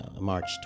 March